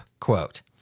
Quote